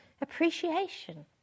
Appreciation